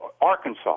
Arkansas